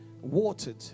watered